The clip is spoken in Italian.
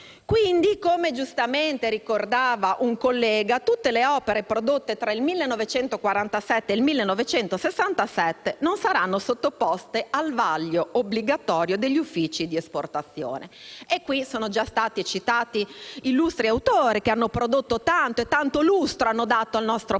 Quindi, come giustamente ricordava un collega, tutte le opere prodotte tra il 1947 e il 1967 non saranno sottoposte al vaglio obbligatorio degli Uffici esportazione. E qui sono già stati citati illustri autori che hanno dato tanto e tanto lustro al nostro Paese: